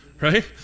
right